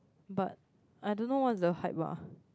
but I don't know what's the hype lah